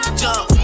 jump